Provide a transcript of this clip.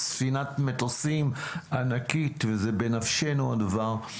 זאת ספינת מטוסים ענקית ובנפשנו הדבר.